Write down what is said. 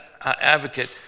advocate